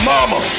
Mama